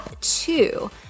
two